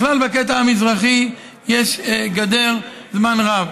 בכלל, בקטע המזרחי יש גדר זמן רב.